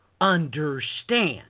understand